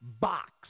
box